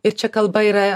ir čia kalba yra